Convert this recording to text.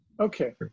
Okay